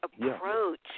approach